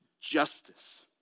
justice